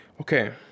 Okay